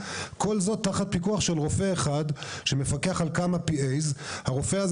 כל זאת תחת פיקוח של רופא אחד שמפקח על כמה PA. לרופא הזה